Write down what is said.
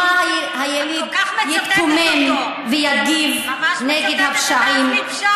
שמא היליד יתקומם ויגיב נגד הפשעים